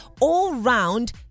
all-round